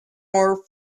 more